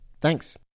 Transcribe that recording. Thanks